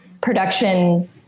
production